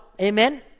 Amen